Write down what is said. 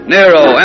Nero